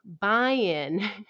buy-in